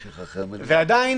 ועדיין,